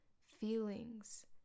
feelings